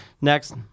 Next